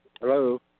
Hello